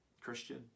Christian